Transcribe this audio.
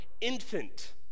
infant